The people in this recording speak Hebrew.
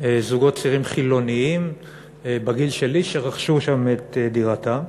זוגות צעירים חילונים בגיל שלי שרכשו שם את דירתם.